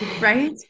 right